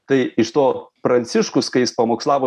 tai iš to pranciškus kai jis pamokslavo